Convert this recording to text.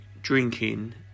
drinking